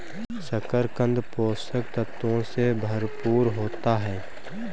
शकरकन्द पोषक तत्वों से भरपूर होता है